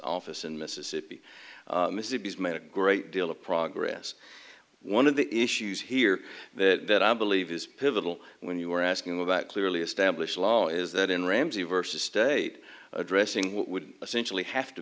office in mississippi mississippi's made a great deal of progress one of the issues here that i believe is pivotal when you were asking about clearly established law is that in ramsey versus state addressing what would essentially have to